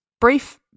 brief